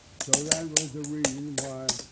so, that was the reason why